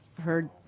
heard